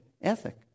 ethic